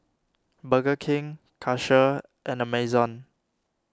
Burger King Karcher and Amazon